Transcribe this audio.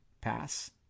pass